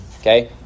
Okay